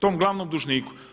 Tom glavnom dužniku.